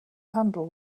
handle